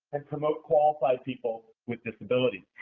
and promote qualified people with disabilities?